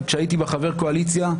כשהייתי חבר קואליציה,